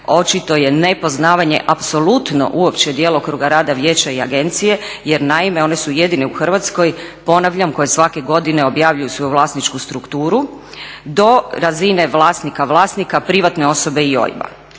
Očito je nepoznavanje apsolutno uopće djelokruga rada vijeća i agencije jer naime oni su jedini u Hrvatskoj, ponavljam, koji svake godine objavljuju svoju vlasničku strukturu do razine vlasnika, vlasnika, privatne osobe i OIB-a.